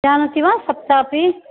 जानाति वा सप्त अपि